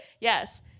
Yes